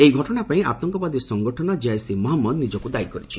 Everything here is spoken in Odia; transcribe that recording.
ଏହି ଘଟଣା ପାଇଁ ଆତଙ୍କବାଦୀ ସଂଗଠନ ଜେସ୍ ଇ ମହମ୍ମଦ ନିଜକୁ ଦାୟୀ କରିଛି